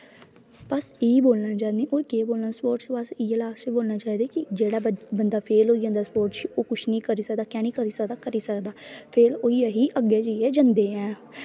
बस एही बोलना चाह्न्नी होर केह् बोलना स्पोर्टस इ'यै लास्ट च बोलना चाहिदा कि जेह्ड़ा बंदा फेल होई जंदा स्पोर्टस च ओह् किश निं करी सकदा की निं करी सकदा करी सकदा फिर ओही अग्गें जाइयै जंदे ऐ